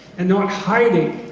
and not hiding,